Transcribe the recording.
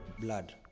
blood